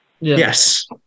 yes